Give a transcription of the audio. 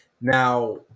Now